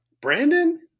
Brandon